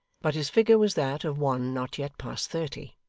but his figure was that of one not yet past thirty.